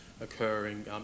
occurring